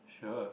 sure